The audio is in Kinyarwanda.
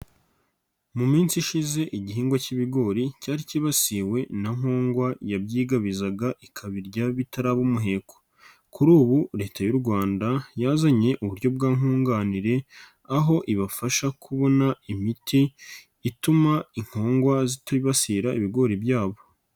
Mu minsi ishize igihingwa cy'ibigori cyari cyibasiwe na nkongwa yabyigabizaga ikabirya bitaraba umuheko, kuri ubu Leta y'u Rwanda yazanye uburyo bwa nkunganire, aho ibafasha kubona imiti ituma inkongwa zitibasira ibigori byabo.